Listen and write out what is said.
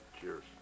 Cheers